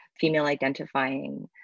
female-identifying